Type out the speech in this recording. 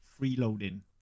freeloading